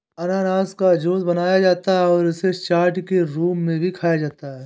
अनन्नास का जूस बनाया जाता है और इसे चाट के रूप में भी खाया जाता है